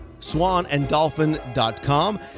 swanandolphin.com